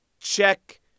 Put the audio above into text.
Check